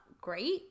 great